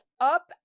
up